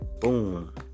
boom